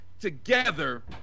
together